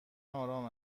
آرام